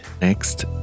Next